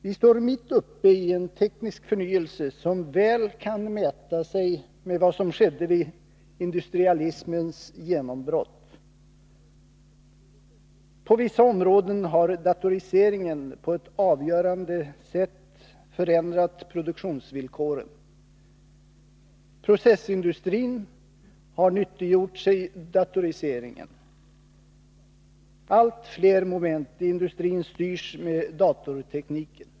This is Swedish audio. Vi står mitt uppe i en teknisk förnyelse som väl kan mäta sig med skeendet vid industrialismens genombrott. På vissa områden har datoriseringen på ett avgörande sätt förändrat produktionsvillkoren. Processindustrin har nyttiggjort sig datoriseringen, och allt fler moment i industrin styrs med hjälp av datortekniken.